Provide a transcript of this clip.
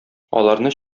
аларны